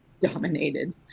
dominated